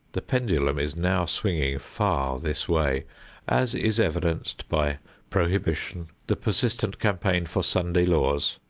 the pendulum is now swinging far this way as is evidenced by prohibition, the persistent campaign for sunday laws,